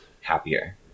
happier